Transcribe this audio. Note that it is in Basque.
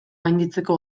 gainditzeko